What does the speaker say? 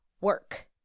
work